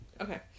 okay